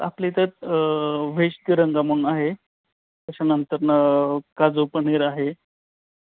आपल्या इथे तर व्हेज तिरंगा म्हणून आहे त्याच्यानंतर नं काजू पनीर आहे